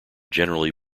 generally